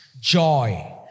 joy